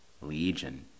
Legion